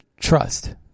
trust